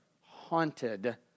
haunted